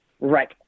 Right